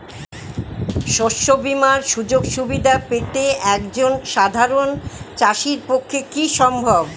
শস্য বীমার সুযোগ সুবিধা পেতে একজন সাধারন চাষির পক্ষে কি সম্ভব?